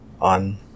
on